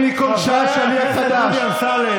יד כל החלטה שיפוטית שאיננה נראית לה.